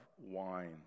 wine